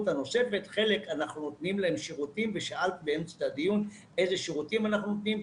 שאלת באמצע הדיון איזה שירותים אנחנו נותנים.